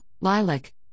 lilac